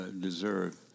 deserve